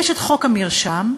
יש חוק המרשם,